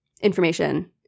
information